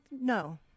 no